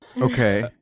Okay